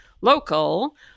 local